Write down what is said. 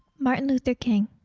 martin luther king